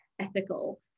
ethical